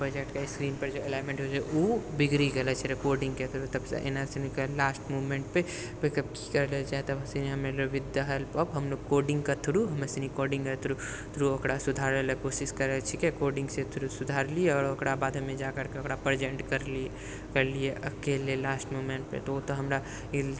पहिलेके स्क्रीनपर जे अलाइन्मेन्ट होइ छै ओ बिगड़ि गेलऽ छलै कोडिङ्गके थ्रू तब एनही सनी लास्ट मोमेन्टपर की करलऽ जाइ तब हमे विद द हेल्प ऑफ हमलोग कोडिङ्गके थ्रू हमेसनी कोडिङ्गके थ्रू ओकरा सुधारैलऽ कोशिश करै छिकै कोडिङ्गके थ्रू सुधारलिए आओर ओकरा बाद हमे जाकरके ओकरा प्रेजेन्ट करलिए अकेले लास्ट मोमेन्टपर ओ तऽ हमरा